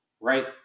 right